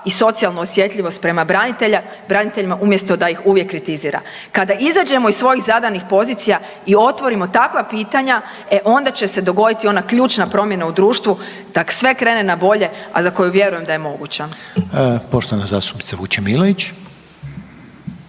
i socijalnu osjetljivost prema braniteljima uvijek da ih uvijek kritizira. Kada izađemo iz svojih zadanih pozicija i otvorimo takva pitanja, e onda će se dogoditi ona ključna promjena u društvu da sve krene na bolje, a za koju vjerujem da je moguća. **Reiner, Željko